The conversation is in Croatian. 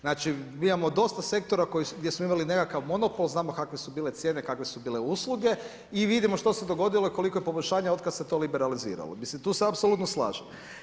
Znači imamo dosta sektora gdje smo imali nekakav monopol, znamo kakve su bile cijene, kakve su bile usluge i vidimo što se dogodilo i koliko je poboljšanja otkad se to liberaliziralo, mislim tu se apsolutno slažem.